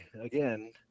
again